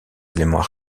éléments